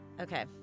Okay